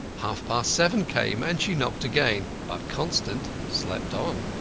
half-past seven came and she knocked again. but constant slept on.